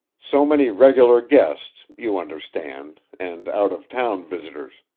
so many regular guests, you understand, and out-of-town visitors.